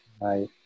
Right